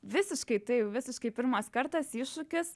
visiškai tai visiškai pirmas kartas iššūkis